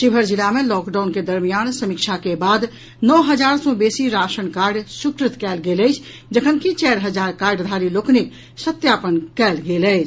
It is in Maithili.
शिवहर जिला मे लॉकडाउन के दरमियान समीक्षा के बाद नओ हजार सॅ बेसी राशन कार्ड स्वीकृत कयल गेल अछि जखनकि चारि हजार कार्डधारी लोकनिक सत्यापन कयल गेल अछि